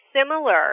similar